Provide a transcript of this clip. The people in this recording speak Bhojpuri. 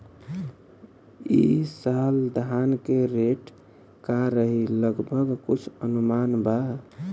ई साल धान के रेट का रही लगभग कुछ अनुमान बा?